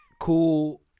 Cool